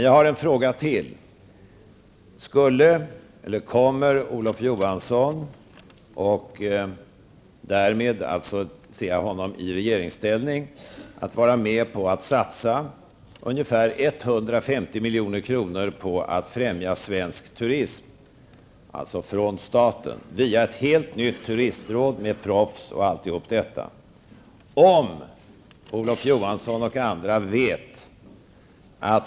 Jag har ytterligare en fråga: Kommer Olof Johansson -- jag ser honom nu som en representant för regeringen -- att vara med på att satsa ungefär 150 milj.kr. av statliga medel på att främja svensk turism via ett helt nytt turistråd med proffs och allt som hör till?